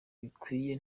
bikwiye